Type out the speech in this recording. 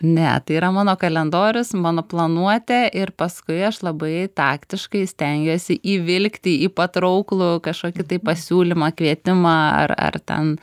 ne tai yra mano kalendorius mano planuotė ir paskui aš labai taktiškai stengiasi įvilkti į patrauklų kažkokį tai pasiūlymą kvietimą ar ar ten